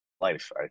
life